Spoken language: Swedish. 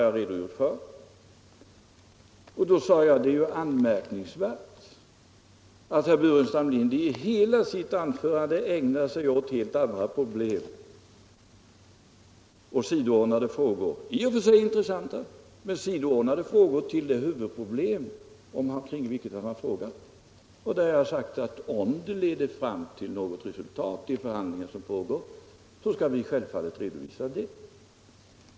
Jag framhöll därefter att det är anmärkningsvärt att herr Burenstam Linder i hela sitt anförande ägnar sig åt helt andra frågor, i och för sig intressanta men sidoordnade till det huvudproblem som han interpellerat om. I den frågan har jag sagt att för den händelse de förhandlingar som pågår leder fram till något resultat, skall vi självfallet redovisa det.